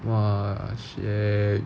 !wah! shag